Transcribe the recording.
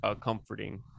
comforting